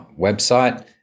website